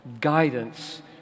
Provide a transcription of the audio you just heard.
guidance